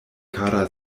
kara